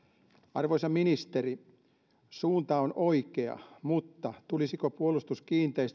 arvoisa ministeri suunta on oikea mutta tulisiko puolustuskiinteistöt